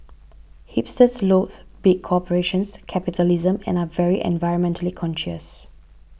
hipsters loath big corporations capitalism and are very environmentally conscious